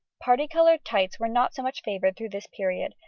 parti-coloured tights were not so much favoured through this period,